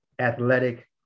athletic